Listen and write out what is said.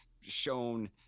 shown